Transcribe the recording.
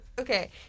Okay